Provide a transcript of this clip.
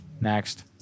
Next